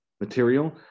material